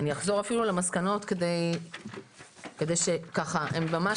אני אחזור אפילו על המסקנות כדי שהן ממש